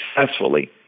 successfully